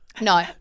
No